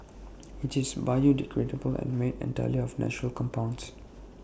IT is biodegradable and made entirely of natural compounds